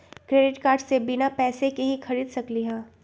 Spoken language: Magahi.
क्रेडिट कार्ड से बिना पैसे के ही खरीद सकली ह?